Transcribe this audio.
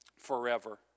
forever